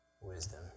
Wisdom